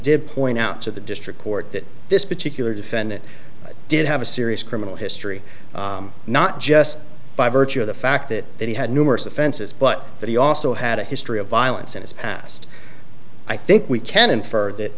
did point out to the district court that this particular defendant did have a serious criminal history not just by virtue of the fact that he had numerous offenses but that he also had a history of violence in his past i think we can infer that